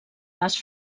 les